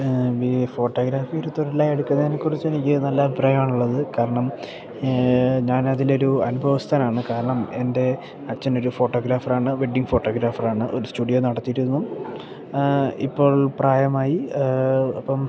ഈ ഫോട്ടോഗ്രാഫി ഒരു തൊഴിലായി എടുക്കുന്നതിനെക്കുറിച്ച് എനിക്ക് നല്ല അഭപ്രായമാണുള്ളത് കാരണം ഞാൻ അതിലൊരു അനുഭവസ്ഥനാണ് കാരണം എൻ്റെ അച്ഛനൊരു ഫോട്ടോഗ്രാഫറാണ് വെഡ്ഡിങ് ഫോട്ടോഗ്രാഫറാണ് ഒരു സ്റ്റുഡിയോ നടത്തിയിരുന്നു ഇപ്പോൾ പ്രായമായി അപ്പം